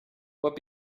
what